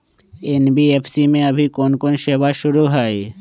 NBFC में अभी कोन कोन सेवा शुरु हई?